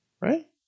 Right